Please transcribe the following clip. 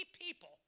people